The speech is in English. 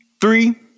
Three